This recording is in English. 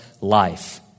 life